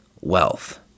wealth